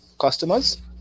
customers